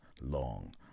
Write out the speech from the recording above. long